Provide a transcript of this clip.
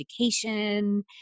education